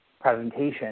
presentation